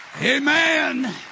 Amen